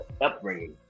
upbringing